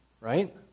Right